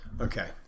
Okay